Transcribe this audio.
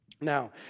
Now